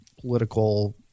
political